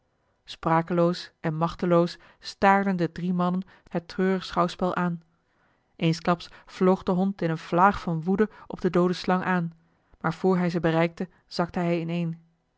sprakeloos en machteloos staarden de drie mannen het treurig schouwspel aan eensklaps vloog de hond in eene vlaag van woede op de doode slang aan maar voor hij ze bereikte zakte hij ineen